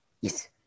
Yes